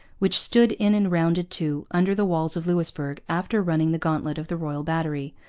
which stood in and rounded to, under the walls of louisbourg, after running the gauntlet of the royal battery,